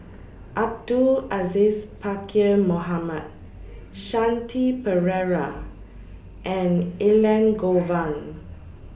Abdul Aziz Pakkeer Mohamed Shanti Pereira and Elangovan